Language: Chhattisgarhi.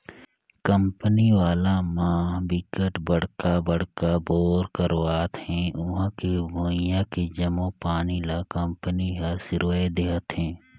कंपनी वाला म बिकट बड़का बड़का बोर करवावत हे उहां के भुइयां के जम्मो पानी ल कंपनी हर सिरवाए देहथे